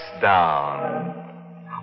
down